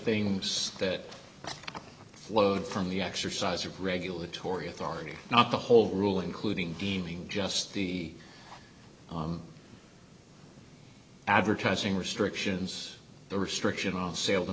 thing was that flowed from the exercise of regulatory authority not the whole rule including deeming just the advertising restrictions the restriction on sale t